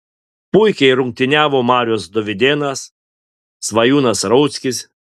puikiai rungtyniavo marius dovydėnas svajūnas rauckis